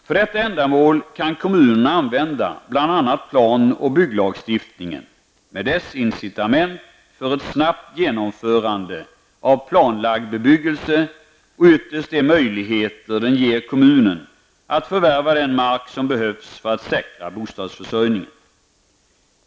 För detta ändamål kan kommunen använda bl.a. plan och bygglagstiftningen med dess incitament för ett snabbt genomförande av planlagd bebyggelse och ytterst de möjligheter den ger kommunen att förvärva den mark som behövs för att säkra bostadsförsörjningen.